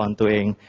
and doing